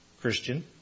Christian